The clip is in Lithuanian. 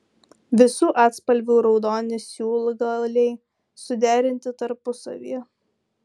visų atspalvių raudoni siūlgaliai suderinti tarpusavyje